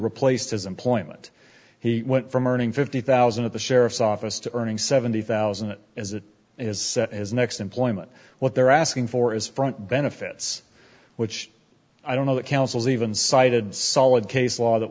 replaced his employment he went from earning fifty thousand at the sheriff's office to earning seventy thousand it is it is his next employment what they're asking for is front benefits which i don't know that councils even cited solid case law that